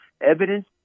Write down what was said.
evidence